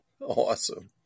Awesome